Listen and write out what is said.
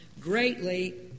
greatly